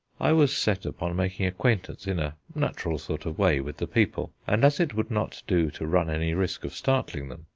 i was set upon making acquaintance in a natural sort of way with the people, and as it would not do to run any risk of startling them,